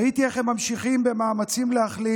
ראיתי איך הם ממשיכים במאמצים להחלים